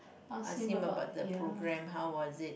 ask him about the program how was it